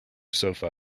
sofa